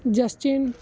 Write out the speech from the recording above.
justin